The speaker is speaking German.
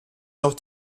noch